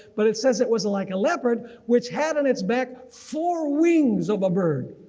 but it says it was. like a leopard which had on its back for wings of a bird.